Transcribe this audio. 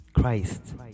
Christ